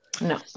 No